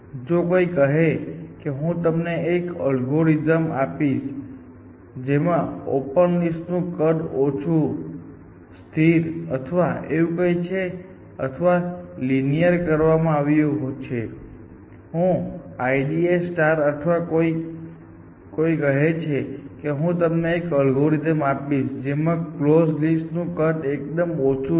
જો કોઈ કહે કે હું તમને એક અલ્ગોરિધમ આપીશ જેમાં ઓપન લિસ્ટ નું કદ ઓછું સ્થિર અથવા એવું કંઈક છે અથવા લિનીઅર કરવામાં આવ્યું છે હું IDA અથવા કોઈ કહે છે કે હું તમને એક અલ્ગોરિધમ આપીશ જેમાં કલોઝ લિસ્ટ નું કદ એકદમ ઓછું છે